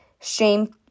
Shame